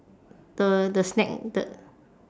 the the snack the